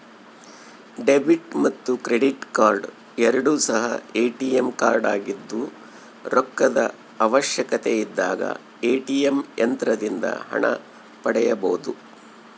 debit ಮತ್ತು credit card ಎರಡು ಸಹ ಎ.ಟಿ.ಎಂ ಕಾರ್ಡಾಗಿದ್ದು ರೊಕ್ಕದ ಅವಶ್ಯಕತೆಯಿದ್ದಾಗ ಎ.ಟಿ.ಎಂ ಯಂತ್ರದಿಂದ ಹಣ ಪಡೆಯಬೊದು